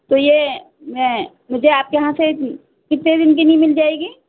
تو یہ میں مجھے آپ کے یہاں سے کتنے دن کے لیے مل جائے گی